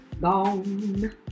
Gone